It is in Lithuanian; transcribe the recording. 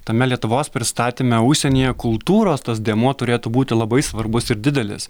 tame lietuvos pristatyme užsienyje kultūros tas dėmuo turėtų būti labai svarbus ir didelis